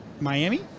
miami